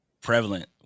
Prevalent